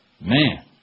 Man